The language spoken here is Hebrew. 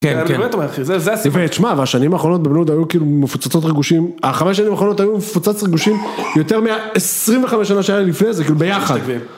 כן, כן. -אני באמת אומר, אחי, זה הסיפור. -ותשמע, והשנים האחרונות בלוד היו כאילו מפוצצות ריגושים, החמש שנים האחרונות היו מפוצצות ריגושים יותר מה-25 שנה שהיה לי לפני זה, כאילו ביחד.